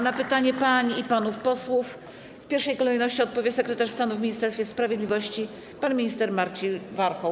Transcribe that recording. Na pytania pań i panów posłów w pierwszej kolejności odpowie sekretarz stanu w Ministerstwie Sprawiedliwości pan minister Marcin Warchoł.